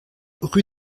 rue